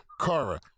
Kara